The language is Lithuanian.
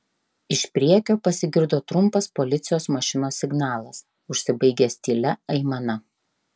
iš priekio pasigirdo trumpas policijos mašinos signalas užsibaigęs tylia aimana